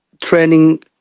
training